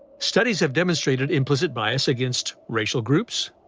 studies have demonstrated implicit bias against racial groups,